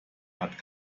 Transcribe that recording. hat